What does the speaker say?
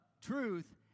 truth